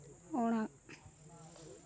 ᱚᱲᱟᱜ